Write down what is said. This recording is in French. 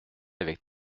avec